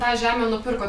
tą žemę nupirko